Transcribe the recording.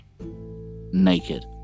Naked